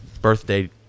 birthday